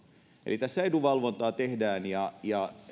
eli tässä edunvalvontaa tehdään ja ja